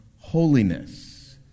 holiness